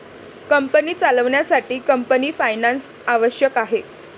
company चालवण्यासाठी company finance आवश्यक आहे